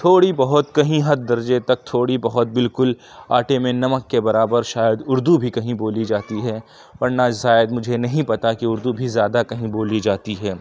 تھوڑی بہت کہیں حد درجے تک تھوڑی بہت بالکل آٹے میں نمک کے برابر شاید اُردو بھی کہیں بولی جاتی ہے ورنہ شاید نہیں پتہ کہ اُردو بھی زیادہ کہیں بولی جاتی ہے